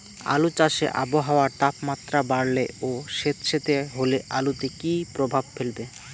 আলু চাষে আবহাওয়ার তাপমাত্রা বাড়লে ও সেতসেতে হলে আলুতে কী প্রভাব ফেলবে?